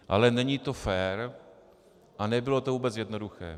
Ale není to fér a nebylo to vůbec jednoduché.